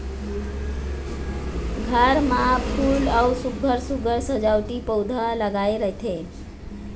घर म फूल अउ सुग्घर सुघ्घर सजावटी पउधा लगाए रहिथे